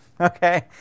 Okay